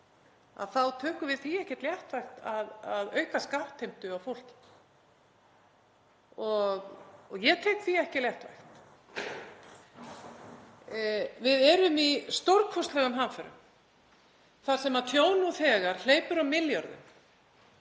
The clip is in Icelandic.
þá er það ekkert léttvægt að auka skattheimtu á fólk og ég tek því ekki léttvægt. Við erum í stórkostlegum hamförum þar sem tjón nú þegar hleypur á milljörðum